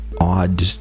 odd